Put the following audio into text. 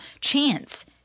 chance